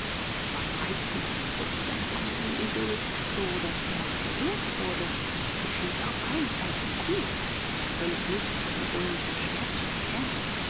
es war ein reizendes flußpferdfamilienidyll so daß erb gerührt wurde ich schieße auf keinen fall eine kuh natürlich nicht aber die bullen sind schwer zu erkennen